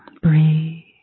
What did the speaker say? Breathe